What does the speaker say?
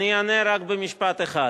אני אענה רק במשפט אחד.